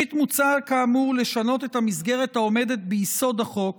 מוצע כאמור לשנות את המסגרת העומדת ביסוד החוק